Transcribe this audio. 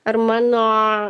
ar mano